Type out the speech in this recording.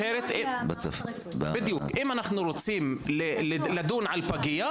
אם אנחנו רוצים לדון על פגייה,